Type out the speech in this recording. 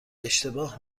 اشتباه